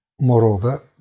Moreover